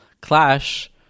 clash